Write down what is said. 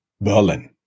Berlin